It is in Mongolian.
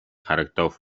харагдав